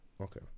okay